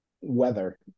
weather